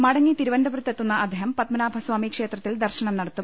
മടങ്ങി തിരുവനന്തപുരത്തെത്തുന്ന അദ്ദേഹം പത്മനാഭസ്വാമി ക്ഷേത്രത്തിൽ ദർശനം നടത്തും